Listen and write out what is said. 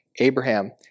Abraham